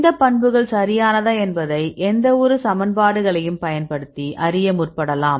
இந்த பண்புகள் சரியானதா என்பதை எந்தவொரு சமன்பாடுகளையும் பயன்படுத்தி அறிய முற்படலாம்